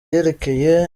yerekeye